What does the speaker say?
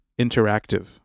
interactive